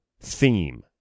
theme